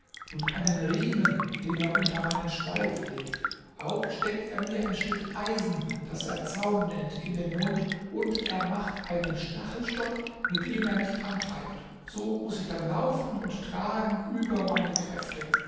und einen riemen den er unter meinen schweif legt auch steckt er mir ein stück eisen das er zaum nennt in den mund und er macht einen stachelstock mit dem er mich antreibt so muß ich dann laufen und tragen über meine kräfte